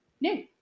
new